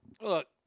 Look